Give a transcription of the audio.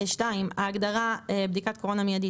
ההגדרה "בדיקת קורונה מיידית",